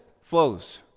flows